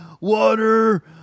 water